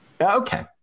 okay